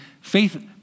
faith